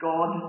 God